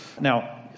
Now